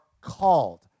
called